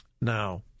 Now